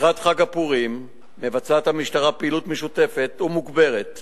לקראת חג הפורים מבצעת המשטרה פעילות משותפת ומוגברת